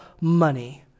money